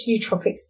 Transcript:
nootropics